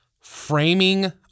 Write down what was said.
Framing